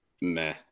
meh